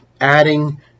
adding